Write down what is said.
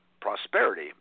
prosperity